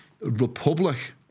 republic